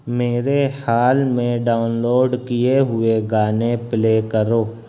میرے حال میں ڈاؤن لوڈ کیے ہوئے گانے پلے کرو